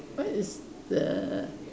what is the